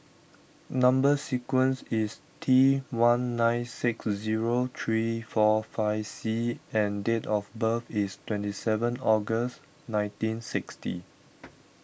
Number Sequence is T one nine six zero three four five C and date of birth is twenty seven August nineteen sixty